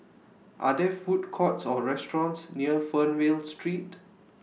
Are There Food Courts Or restaurants near Fernvale Street